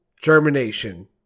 germination